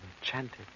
enchanted